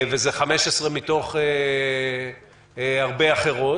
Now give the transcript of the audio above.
וזה 15 מתוך הרבה אחרות.